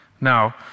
Now